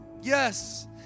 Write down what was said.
yes